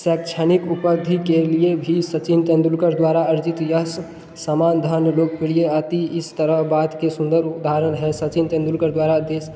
शैक्षणिक उपाधि के लिए भी सचिन तेंदुलकर द्वारा अर्जित यह समाधान लोकप्रिय अति इस तरह बात के सुंदर उदाहरण है सचिन तेंदुलकर द्वारा देश